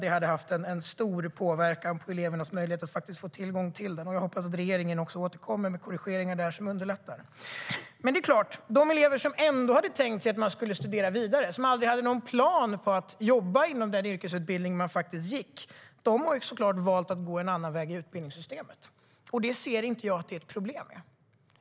Det hade haft en stor påverkan på elevernas möjlighet att få tillgång till den. Jag hoppas att regeringen återkommer med korrigeringar där som underlättar. Men de elever som ändå hade tänkt sig att studera vidare, som aldrig hade någon plan på att jobba inom det som utbildningen skulle leda till, valde såklart att gå en annan väg i utbildningssystemet. Det ser jag inget problem med.